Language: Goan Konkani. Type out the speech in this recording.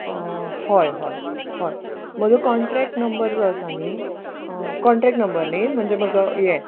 हय हय हय म्हजो कॉन्ट्रेक्ट नंबर जो आसा न्ही कॉन्ट्रेक्ट नंबर न्ही म्हणजे म्हजो ये